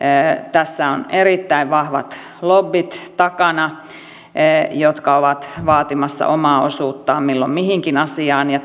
tässä ovat erittäin vahvat lobbyt takana jotka ovat vaatimassa omaa osuuttaan milloin mihinkin asiaan ja